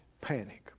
panic